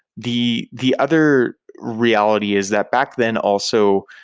the the other reality is that back then also,